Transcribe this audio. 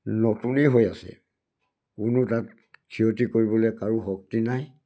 নতুনেই হৈ আছে কোনো তাত ক্ষতি কৰিবলৈ কাৰো শক্তি নাই